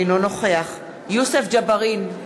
אינו נוכח יוסף ג'בארין,